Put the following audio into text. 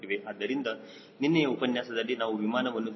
ಆದ್ದರಿಂದ ನಿನ್ನೆಯ ಉಪನ್ಯಾಸದಲ್ಲಿ ನಾವು ವಿಮಾನವನ್ನು 0